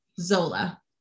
Zola